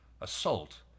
assault